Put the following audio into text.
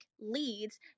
leads